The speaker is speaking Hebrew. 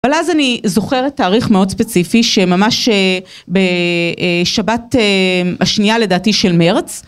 אבל אז אני זוכרת תאריך מאוד ספציפי שממש בשבת השנייה לדעתי של מרץ.